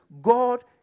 God